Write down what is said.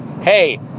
Hey